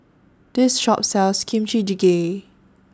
This Shop sells Kimchi Jjigae